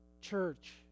church